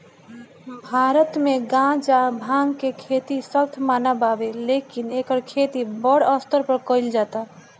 भारत मे गांजा, भांग के खेती सख्त मना बावे लेकिन एकर खेती बड़ स्तर पर कइल जाता